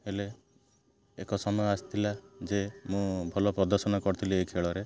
ହେଲେ ଏକ ସମୟ ଆସିଥିଲା ଯେ ମୁଁ ଭଲ ପ୍ରଦର୍ଶନ କରିଥିଲି ଏଇ ଖେଳରେ